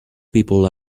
people